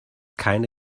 keine